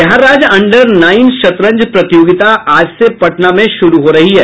बिहार राज्य under nine शतरंज प्रतियोगिता आज से पटना में शुरू हो रही है